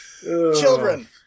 Children